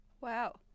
Wow